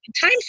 Time